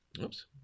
Oops